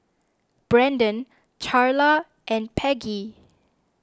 Brenden Charla and Peggy